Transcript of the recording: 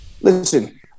listen